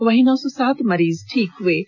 वहीं नौ सौ सात मरीज ठीक हुए हैं